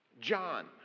John